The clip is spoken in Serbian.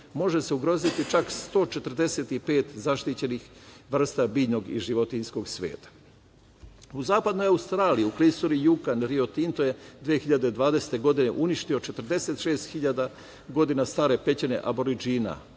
može se ugroziti čak 145 zaštićenih vrsta biljnog i životinjskog sveta.U Zapadnoj Australiji u klisuri Jukan Rio Tinto je 2020. godine uništio 46 hiljada stare pećine Aboridžina.